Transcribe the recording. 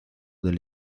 del